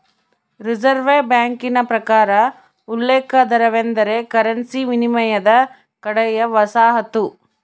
reserve ಬ್ಯಾಂಕಿನ ಪ್ರಕಾರ ಉಲ್ಲೇಖ ದರವೆಂದರೆ ಕರೆನ್ಸಿ ವಿನಿಮಯದ ಕಡೆಯ ವಸಾಹತು